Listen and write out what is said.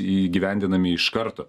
įgyvendinami iš karto